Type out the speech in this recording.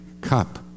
cup